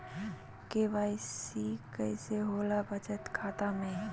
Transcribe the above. KYC कैसे होला बचत खाता में?